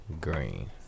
green